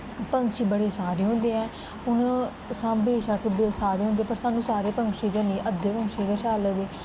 पंक्षी बड़े सारे होंदे ऐ हून सांबे बेशक सारे होंदे पर सानूं सारे पंक्षी ते नेईं अद्धे पंक्षी गै शैल लगदे